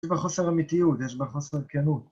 ‫יש בה חוסר אמיתיות, יש בה חוסר כנות.